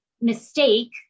mistake